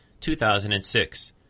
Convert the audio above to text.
2006